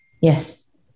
Yes